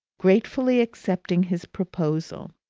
gratefully accepting his proposal.